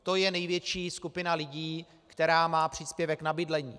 To je největší skupina lidí, která má příspěvek na bydlení.